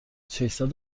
ششصد